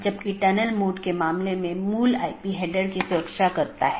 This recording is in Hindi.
तो 16 बिट के साथ कई ऑटोनॉमस हो सकते हैं